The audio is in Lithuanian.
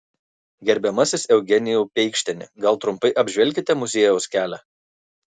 gerbiamasis eugenijau peikšteni gal trumpai apžvelkite muziejaus kelią